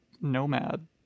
nomad